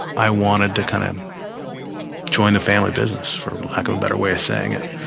i wanted to kind of join the family business, for lack of a better way of saying it.